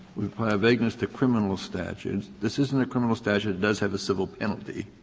we apply vagueness to criminal statutes. this isn't a criminal statute. it does have a civil penalty.